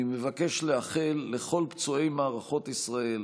אני מבקש לאחל לכל פצועי מערכות ישראל,